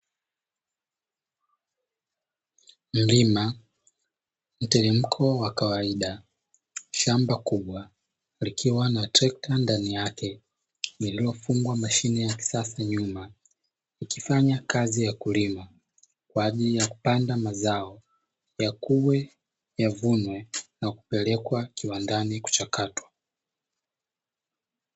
Mlima mteremko wa kawaida, shamba kubwa likiwa na trekta ndani yake lililofungwa mashine ya kisasa nyuma ikifanya kazi ya kulima kwa ajili ya kupanda mazao yakue, yavunwe na kupelekwa kiwandani kuchakatwa.